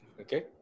Okay